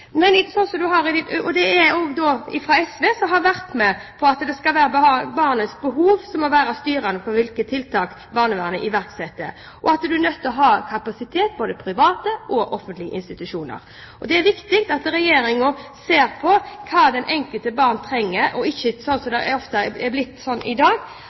som skal legges til grunn. SV har også vært med på merknad om at «barnets behov må være styrende for hvilke tiltak barnevernet iverksetter», og at man er nødt til å ha kapasitet både i private og i offentlige institusjoner. Det er viktig at Regjeringen ser på hva det enkelte barn trenger – ikke slik det ofte er i dag,